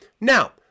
now